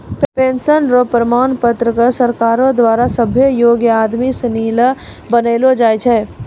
pension र प्रमाण पत्र क सरकारो द्वारा सभ्भे योग्य आदमी सिनी ल बनैलो जाय छै